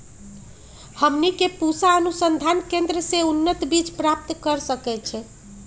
हमनी के पूसा अनुसंधान केंद्र से उन्नत बीज प्राप्त कर सकैछे?